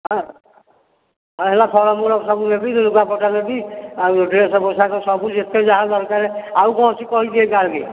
ହଁ ହଁ ହେଲା ଫଳମୂଳ ସବୁ ନେବି ଲୁଗାପଟା ନେବି ଆଉ ଯେଉଁ ଡ୍ରେସ୍ ପୋଷାକ ସବୁ ଯେତେ ଯାହା ଦରକାର ଆଉ କ'ଣ ଅଛି କହିଦେଇଥା ଆଗେ